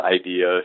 idea